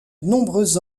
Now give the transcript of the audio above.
nombreux